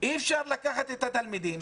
אפשר לקחת את התלמידים...